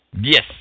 Yes